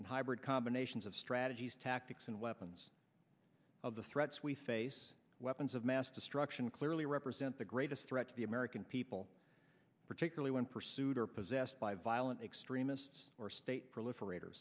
and hybrid combinations of strategies tactics and weapons of the threats we face weapons of mass destruction clearly represent the greatest threat to the american people particularly when pursued or possessed by violent extremists or state proliferat